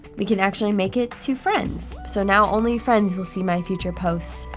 we can actually make it to friends. so now only friends will see my future posts.